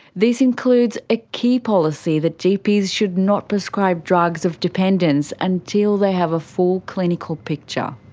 this includes a key policy that gps should not prescribe drugs of dependence until they have a full clinical picture.